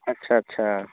ਅੱਛਾ ਅੱਛਾ